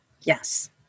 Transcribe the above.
Yes